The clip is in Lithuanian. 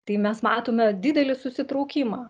tai mes matome didelį susitraukimą